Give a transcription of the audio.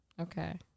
Okay